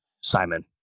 Simon